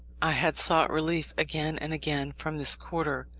i had sought relief again and again from this quarter,